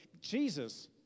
Jesus